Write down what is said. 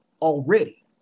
already